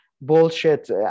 bullshit